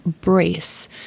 BRACE